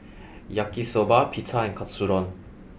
Yaki Soba Pita and Katsudon